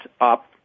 up